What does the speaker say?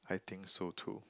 I think so too